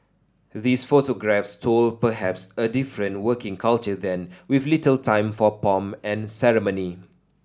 these photographs told perhaps a different working culture then with little time for pomp and ceremony